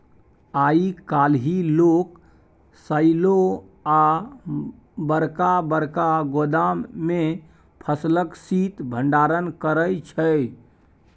आइ काल्हि लोक साइलो आ बरका बरका गोदाम मे फसलक शीत भंडारण करै छै